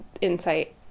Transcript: insight